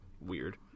weird